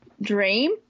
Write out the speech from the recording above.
dream